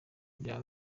bya